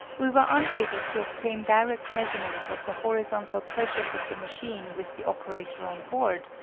we were unable to obtain direct measurements of the horizontal pressures of the machine with the operator on board,